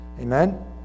Amen